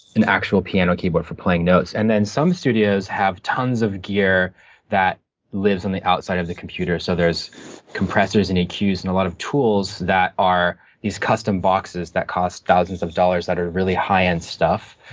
an actual piano keyboard for playing notes. and then some studios have tons of gear that lives on the outside of the computer. so there's compressors and eqs and a lot of tools that are these custom boxes that cost thousands of dollars that are really high end stuff,